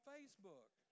Facebook